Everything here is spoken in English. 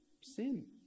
sin